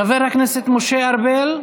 חבר הכנסת משה ארבל,